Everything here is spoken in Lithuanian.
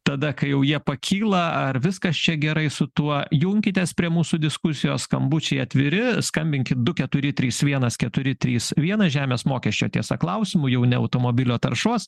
tada kai jau jie pakyla ar viskas čia gerai su tuo junkitės prie mūsų diskusijos skambučiai atviri skambinkit du keturi trys vienas keturi trys vienas žemės mokesčio tiesa klausimu jau ne automobilio taršos